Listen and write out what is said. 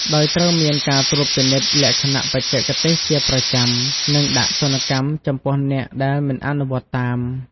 ដោយត្រូវមានការត្រួតពិនិត្យលក្ខណៈបច្ចេកទេសជាប្រចាំ និងដាក់ទណ្ឌកម្មចំពោះអ្នកដែលមិនអនុវត្តតាម។